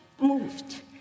moved